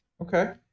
Okay